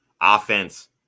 offense